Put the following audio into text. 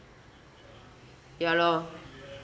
ya lor